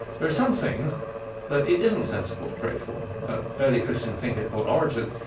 there are some things that it isn't sensible to pray for. an early christian thinker called origen,